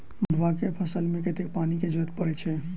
मड़ुआ केँ फसल मे कतेक पानि केँ जरूरत परै छैय?